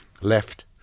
left